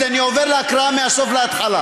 אני עובר להקראה מהסוף להתחלה,